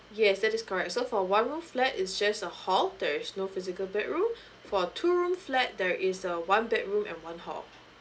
yes that is correct so for one room flat is just a hall there is no physical bedroom for two room flat there is a one bedroom and one hall